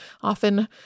Often